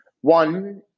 one